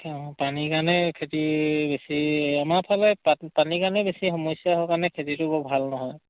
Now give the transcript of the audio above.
পানীৰ কাৰণে খেতি বেছি আমাৰ ফালে পানীৰ কাৰণে বেছি সমস্যা হোৱাৰ কাৰণে খেতিটো বৰ ভাল নহয়